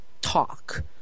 talk